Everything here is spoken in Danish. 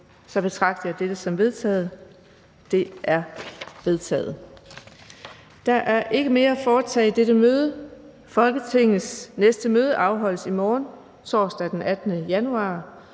fra formanden Den fg. formand (Birgitte Vind): Der er ikke mere at foretage i dette møde. Folketingets næste møde afholdes i morgen, torsdag den 18. januar